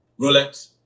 Rolex